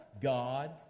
God